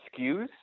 SKUs